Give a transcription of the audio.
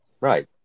Right